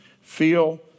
feel